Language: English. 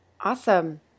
Awesome